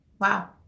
wow